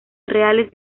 reales